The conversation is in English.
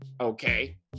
Okay